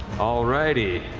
all righty.